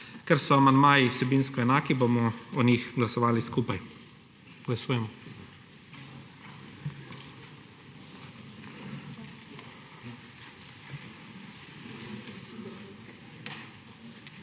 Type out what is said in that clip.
Ker so amandmaji vsebinsko enaki, bomo o njih glasovali skupaj. Glasujemo.